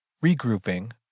Regrouping